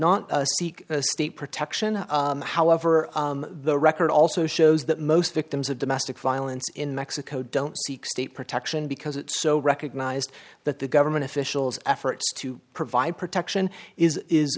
seek state protection however the record also shows that most victims of domestic violence in mexico don't seek state protection because it's so recognized that the government officials efforts to provide protection is is